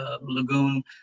lagoon